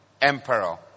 emperor